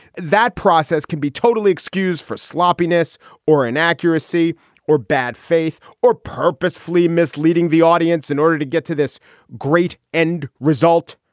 that process can be totally excuse for sloppiness or inaccuracy or bad faith or purposefully misleading the audience in order to get to this great end result.